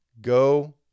go